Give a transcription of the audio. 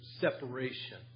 separation